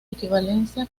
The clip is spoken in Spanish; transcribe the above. equivalencia